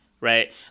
Right